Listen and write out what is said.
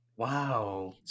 Wow